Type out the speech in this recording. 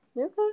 Okay